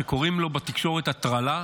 שקוראים לו בתקשורת הטרלה,